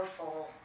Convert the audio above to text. powerful